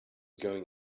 going